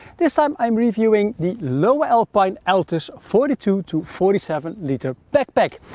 this time i'm reviewing the lowe alpine altus forty two two forty seven liter backpack.